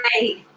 Right